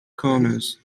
corners